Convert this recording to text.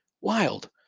Wild